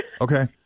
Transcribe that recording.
Okay